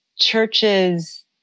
churches